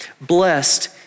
blessed